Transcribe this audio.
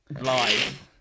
live